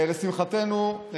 לשמחתנו,